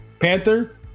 Panther